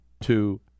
two